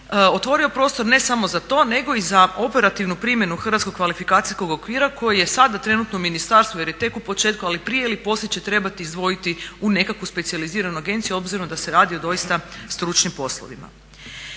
otvorio prostor ne samo za to nego i za operativnu primjenu hrvatskog kvalifikacijskog okvira koji je sada trenutno u ministarstvu jer je tek u početku ali prije ili poslije će trebati izdvojiti u nekakvu specijaliziranu agenciju obzirom da se radi o doista stručnim poslovima.